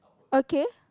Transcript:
okay